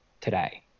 today